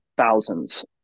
thousands